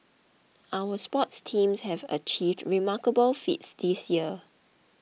our sports teams have achieved remarkable feats this year